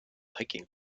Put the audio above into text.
hiking